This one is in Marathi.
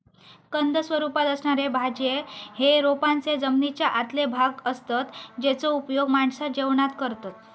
कंद स्वरूपात असणारे भाज्ये हे रोपांचे जमनीच्या आतले भाग असतत जेचो उपयोग माणसा जेवणात करतत